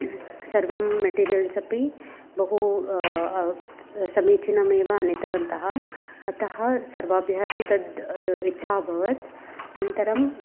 सर्वं मेटीरियल्स् अपि बहु समीचीनमेव आनीतवन्तः अतः सर्वाभ्यः अपि तत् इच्छा अभवत् अनन्तरम्